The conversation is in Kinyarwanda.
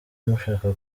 mushaka